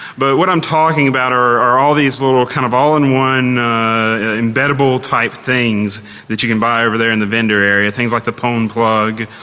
but what i'm talking about are all these kind of all in one embeddable type things that you can buy over there in the vendor area, things like the pwn plug,